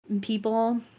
people